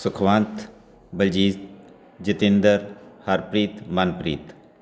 Sukhwant Baljit Jatinder Harpreet Manpreet